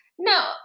No